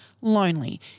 lonely